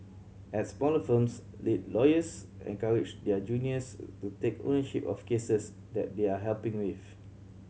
at smaller firms lead lawyers encourage their juniors to take ownership of cases that they are helping with